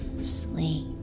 sleep